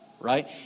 right